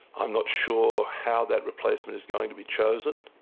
i'm not sure how that replacement is going to be chosen,